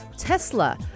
Tesla